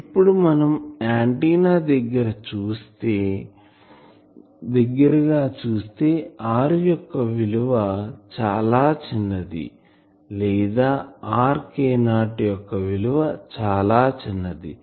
ఇప్పుడు మనం ఆంటిన్నా దగ్గర గా చూస్తే r యొక్క విలువ చాలా చిన్నది లేదా rK0 యొక్క విలువ చాలా చిన్నది